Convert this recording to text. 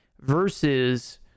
versus